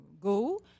go